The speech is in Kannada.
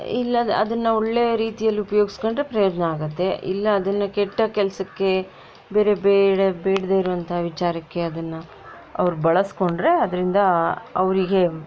ಇಲ್ಲ ಅದನ್ನು ಒಳ್ಳೆಯ ರೀತಿಯಲ್ಲಿ ಉಪಯೋಗಿಸಿಕೊಂಡ್ರೆ ಪ್ರಯೋಜನ ಆಗತ್ತೆ ಇಲ್ಲ ಅದನ್ನು ಕೆಟ್ಟ ಕೆಲಸಕ್ಕೆ ಬೇರೆ ಬೇಡ ಬೇಡದೆ ಇರುವಂಥ ವಿಚಾರಕ್ಕೆ ಅದನ್ನು ಅವರು ಬಳಸಿಕೊಂಡರೆ ಅದರಿಂದ ಅವರಿಗೆ